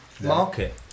market